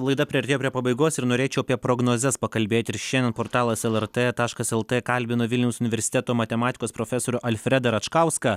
laida priartėjo prie pabaigos ir norėčiau apie prognozes pakalbėti ir šiandien portalas lrt taškas lt kalbino vilniaus universiteto matematikos profesorių alfredą račkauską